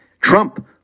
Trump